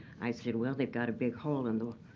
i said, well, they've got a big hole in the